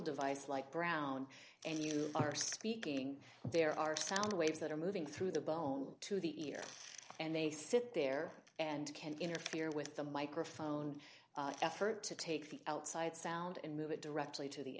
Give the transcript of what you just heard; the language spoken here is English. device like brown and you are speaking there are sound waves that are moving through the bone to the ear and they sit there and can interfere with the microphone effort to take the outside sound and move it directly to the